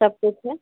सब कुछ है